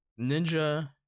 Ninja